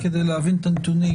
רק כדי להבין את הנתונים,